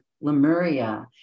Lemuria